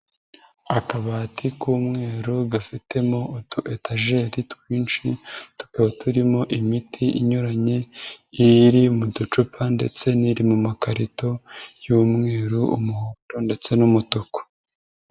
Akabati k'umweru gafitemo utu etageri twinshi, tukaba turimo imiti inyuranye, iri mu ducupa ndetse n'iri mu makarito y'umweru, umuhondo ndetse n'umutuku.